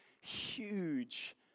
huge